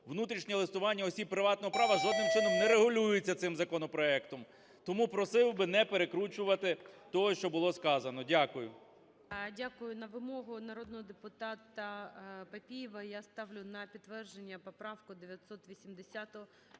внутрішнє листування осіб приватного права жодним чином не регулюється цим законопроектом. Тому просив би не перекручувати того, що було сказано. Дякую. ГОЛОВУЮЧИЙ. Дякую. На вимогу народного депутата Папієва я ставлю на підтвердження поправку 980